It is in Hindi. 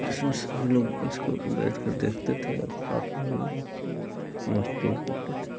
जिसमें सभी लोग इसको बैठकर देखते थे और साथ में हम लोग मस्ती भी करते थे